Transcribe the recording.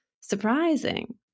surprising